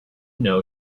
know